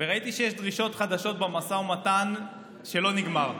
וראיתי שיש דרישות חדשות במשא ומתן שלא נגמר.